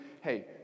hey